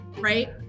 Right